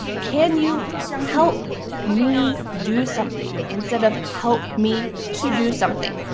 can you help me do something instead of help me to do something?